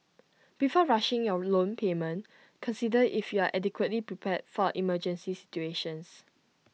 before rushing your loan repayment consider if you are adequately prepared for emergency situations